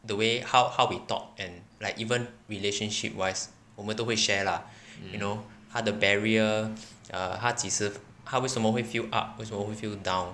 the way how how we talk and like even relationship wise 我们都会 share lah you know 他的 barrier err 他几时他为什么会 feel up 为什么会 feel down